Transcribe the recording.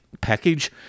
package